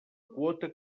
quota